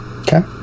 Okay